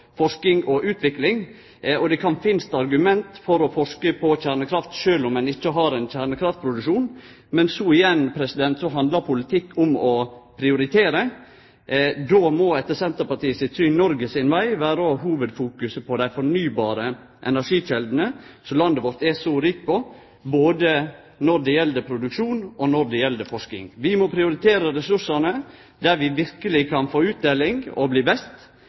forsking og utvikling. Ein kan finne argument for å forske på kjernekraft sjølv om ein ikkje har kjernekraftproduksjon, men igjen handlar politikk om å prioritere. Då må Noregs veg, etter Senterpartiets syn, vere å fokusere mest på dei fornybare energikjeldene som landet vårt er så rikt på – både når det gjeld produksjon, og når det gjeld forsking. Vi må prioritere ressursane der vi verkeleg kan få utteljing og bli best.